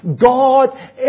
God